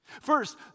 First